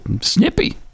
snippy